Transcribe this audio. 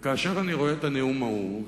וכאשר אני רואה את הנאום ההוא,